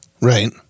Right